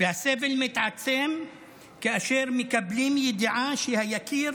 והסבל מתעצם כאשר מקבלים ידיעה שהיקיר